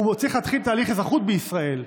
הוא צריך להתחיל תהליך אזרחות בישראל.